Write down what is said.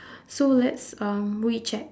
so let's um recheck